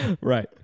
right